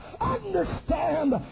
understand